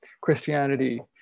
Christianity